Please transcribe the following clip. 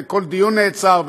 וכל דיון נעצר,